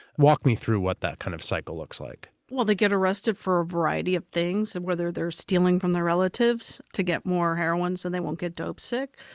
walk me through what that kind of cycle looks like. well, they get arrested for a variety of things, whether they're stealing from their relatives to get more heroin so they won't get dope sick,